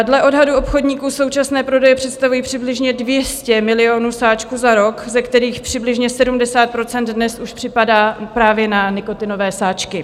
Dle odhadu obchodníků současné prodeje představují přibližně 200 milionů sáčků za rok, ze kterých přibližně 70 % dnes už připadá právě na nikotinové sáčky.